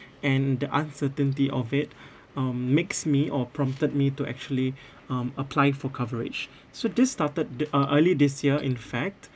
and the uncertainty of it um makes me or prompted me to actually um apply for coverage so this started the uh early this year in fact